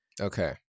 Okay